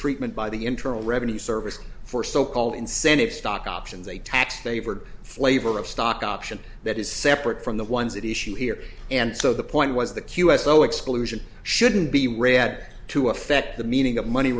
treatment by the internal revenue service for so called incentive stock options a tax favored flavor of stock option that is separate from the ones that issue here and so the point was the q s o exclusion shouldn't be read to affect the meaning of money